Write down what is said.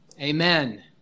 Amen